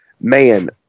Man